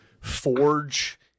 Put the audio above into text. forge